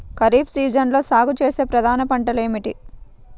ఖరీఫ్ సీజన్లో సాగుచేసే ప్రధాన పంటలు ఏమిటీ?